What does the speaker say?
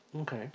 okay